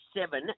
seven